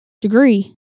degree